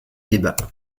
debat